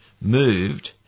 moved